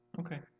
Okay